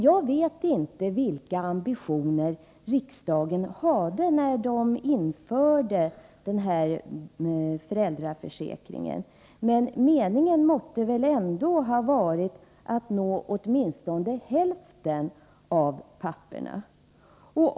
Jag vet inte vilka ambitioner riksdagen hade när den införde föräldraförsäkringen, men meningen måste väl ändå ha varit att nå åtminstone hälften av papporna.